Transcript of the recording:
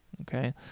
okay